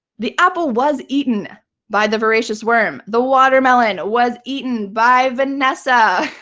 the apple was eaten by the voracious worm. the watermelon was eaten by vanessa.